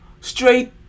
straight